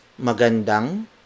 Magandang